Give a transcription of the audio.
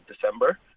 December